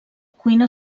cuina